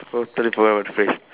totally forgot about that phrase